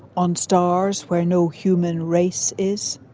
on stars where no human race is.